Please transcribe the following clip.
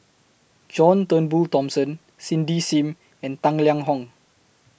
John Turnbull Thomson Cindy SIM and Tang Liang Hong